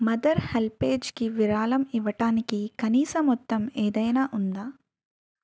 mother హల్పేజ్కి విరాళం ఇవ్వటానికి కనీస మొత్తం ఏదైనా ఉందా